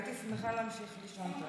הייתי שמחה להמשיך לישון,